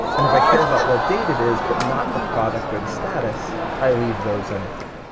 and if i care about what date it is but not the product or the status, i leave those empty.